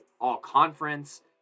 all-conference